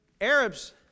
Arabs